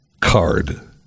card